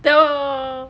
no